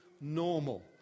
normal